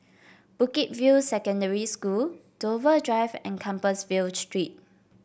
Bukit View Secondary School Dover Drive and Compassvale Street